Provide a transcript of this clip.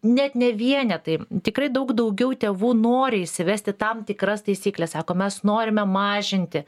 net ne vienetai tikrai daug daugiau tėvų nori įsivesti tam tikras taisykles sako mes norime mažinti